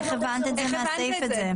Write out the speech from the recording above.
איך הבנת מהסעיף הזה?